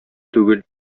түгел